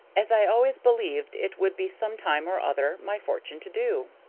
as i always believed it would be some time or other my fortune to do.